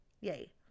Yay